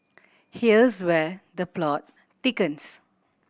here's where the plot thickens